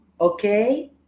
okay